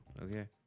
Okay